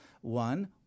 One